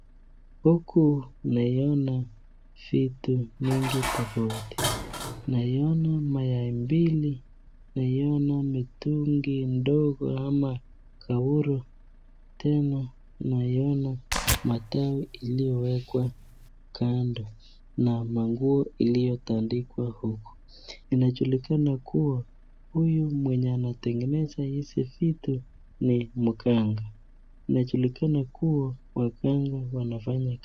Huku, naiona vitu mingi tofauti. Naiona mayai mbili, naiona mitungi ndogo ama kauro. Tena, naiona matawi iliyowekwa kando na manguo iliyotandikwa huku. Inajulikana kuwa huyu mwenye anatengeneza hizi vitu ni mganga. Inajulikana kuwa waganga wanafanya.